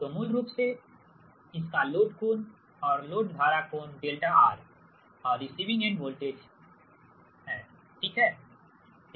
तो मूल रूप से इसका लोड कोण और लोड धारा कोण δRऔर रिसिविंग एंड वोल्टेज ठीक है